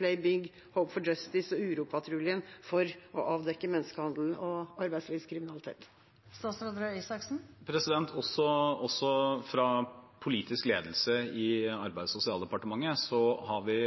Play Bygg, Hope for Justice og Uropatruljen for å avdekke menneskehandel og arbeidslivskriminalitet. Også i politisk ledelse, i Arbeids- og sosialdepartementet, har vi